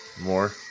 More